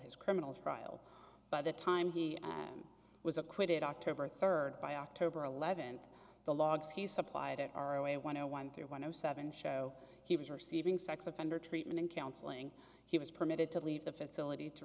his criminal trial by the time he was acquitted october third by october eleventh the logs he supplied our way one one three one zero seven show he was receiving sex offender treatment and counseling he was permitted to leave the facility to